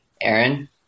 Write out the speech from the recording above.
Aaron